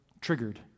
triggered